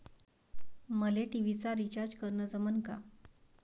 मले टी.व्ही चा रिचार्ज करन जमन का?